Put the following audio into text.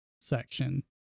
section